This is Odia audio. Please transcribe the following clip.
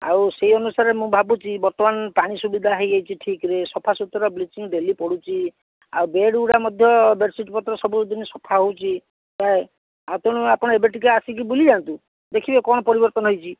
ଆଉ ସେଇ ଅନୁସାରେ ମୁଁ ଭାବୁଛି ବର୍ତ୍ତମାନ ପାଣି ସୁବିଧା ହେଇଯାଇଛି ଠିକ୍ରେ ସଫାସୁତୁରା ବ୍ଲିଚିଂ ଡେଲି ପଡ଼ୁଛି ଆଉ ବେଡ଼୍ଗୁଡ଼ା ମଧ୍ୟ ବେଡ଼୍ସିଟ୍ ପତର ସବୁଦିନ ସଫା ହେଉଛି ପ୍ରାୟେ ଆପଣଙ୍କୁ ଆପଣ ଏବେ ଟିକିଏ ଆସିକି ବୁଲି ଯାଆନ୍ତୁ ଦେଖିବେ କ'ଣ ପରିବର୍ତ୍ତନ ହେଇଛି